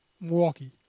Milwaukee